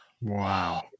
Wow